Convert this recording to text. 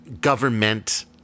government